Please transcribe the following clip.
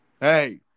Hey